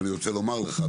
אני רוצה לומר לך,